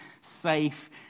safe